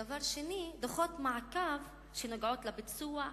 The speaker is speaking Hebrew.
דבר שני, דוחות מעקב שנוגעים לביצוע התקציב,